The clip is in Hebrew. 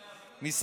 תוותרו,